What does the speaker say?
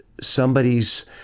somebody's